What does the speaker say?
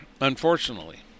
Unfortunately